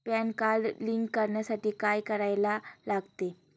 Pan card link करण्यासाठी काय करायला लागते?